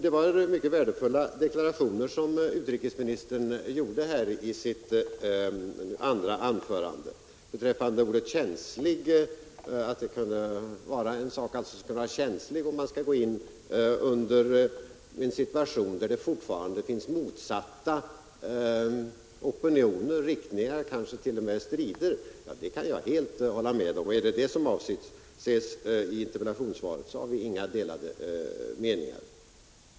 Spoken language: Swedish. I sitt andra anförande gjorde utrikesministern mycket värdefulla deklarationer. Att det kan vara känsligt att gå in i en situation, där det fortfarande finns motsatta opinioner och riktningar, kanske t.o.m. stridigheter, kan jag helt hålla med om. Är det detta som avses i interpellationssvaret, har vi inga delade meningar.